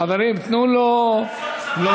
חברים, תנו לו לומר.